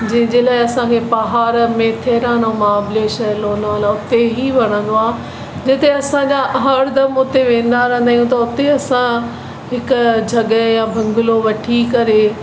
जंहिंजे लाए असांखे पहाड़ मेथेरान ऐं महाबलेश्वर लोनावला उते ई वणंदो आहे जिते असांजा हर दमु उते वेंदा रहंदा आहियूं त उते असां हिकु जॻह या बंगलो वठी करे